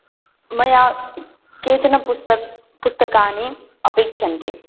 मया केचन पुस्तक पुस्तकानि अपेक्ष्यन्ते